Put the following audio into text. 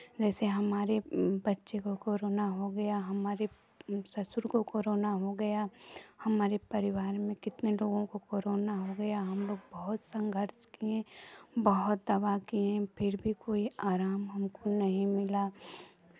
जैसे हमारे बच्चे को कोरोना हो गया हमारे ससुर को कोरोना हो गया हमारे परिवार में कितने लोगों को कोरोना हो गया हम लोग बहुत संघर्ष किए बहुत दवा किए फिर भी कोई आराम हमको नहीं मिला